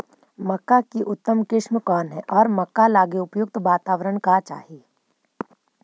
मक्का की उतम किस्म कौन है और मक्का लागि उपयुक्त बाताबरण का चाही?